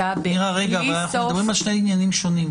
אנחנו מדברים על שני עניינים שונים.